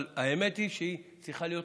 אבל האמת היא שהיא צריכה להיות